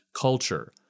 culture